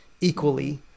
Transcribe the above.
equally